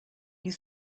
you